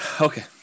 Okay